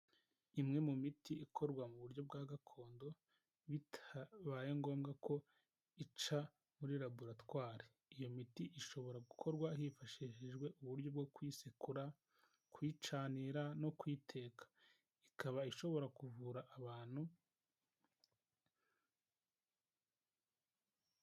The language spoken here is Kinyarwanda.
Imwe mu miti ikorwa mu buryo bwa gakondo, bitabaye ngombwa ko ica muri laboratwari, iyo miti ishobora gukorwa hifashishijwe uburyo bwo kuyisekura, kuyicanira no kuyiteka, ikaba ishobora kuvura abantu.